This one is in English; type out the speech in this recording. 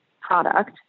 product